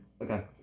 Okay